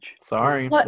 Sorry